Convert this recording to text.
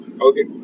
okay